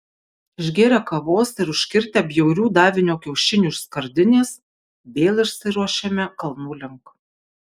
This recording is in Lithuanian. išgėrę kavos ir užkirtę bjaurių davinio kiaušinių iš skardinės vėl išsiruošėme kalnų link